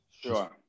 sure